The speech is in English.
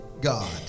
God